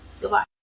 goodbye